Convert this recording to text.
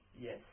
Yes